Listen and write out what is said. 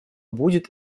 будет